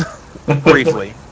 briefly